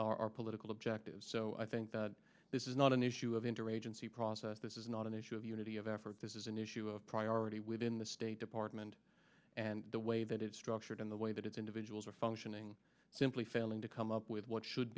our political objectives so i think that this is not an issue of interagency process this is not an issue of unity of effort this is an issue of priority within the department and the way that it's structured in the way that individuals are functioning simply failing to come up with what should